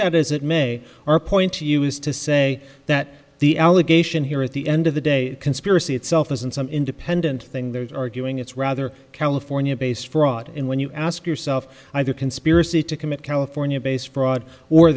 that as it may our point to you is to say that the allegation here at the end of the day conspiracy itself isn't some independent thing they're arguing it's rather california based fraud and when you ask yourself either conspiracy to commit california based fraud or